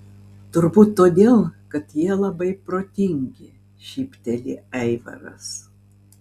turbūt todėl kad jie labai protingi šypteli aivaras